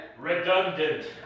Redundant